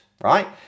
right